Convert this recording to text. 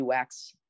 UX